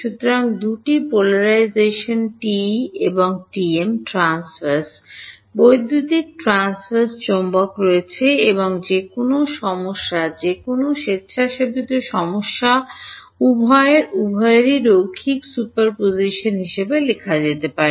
সুতরাং 2 টি polarization TE এবং টিএম ট্রান্সভার্স বৈদ্যুতিক ট্রান্সভার্স চৌম্বক রয়েছে এবং যেকোন সমস্যা যেকোনও স্বেচ্ছাসেবিত সমস্যা উভয়ের উভয়েরই রৈখিক সুপারপজিশন হিসাবে লেখা যেতে পারে